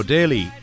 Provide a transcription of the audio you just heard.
Daily